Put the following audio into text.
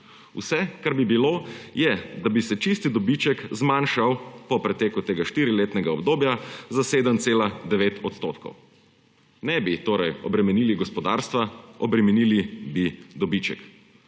Vse, kar bi bilo, je, da bi se čisti dobiček zmanjšal po preteku tega štiriletnega obdobja za 9,7 %. Ne bi torej obremenili gospodarstva, obremenili bi dobiček.